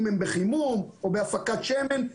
אם הם בחימום או בהפקת שמן,